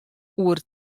oer